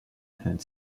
had